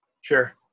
Sure